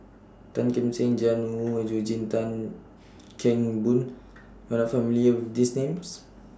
Tan Kim Seng Jiang Hu Eugene Tan Kheng Boon YOU Are not familiar with These Names